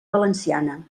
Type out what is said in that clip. valenciana